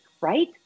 right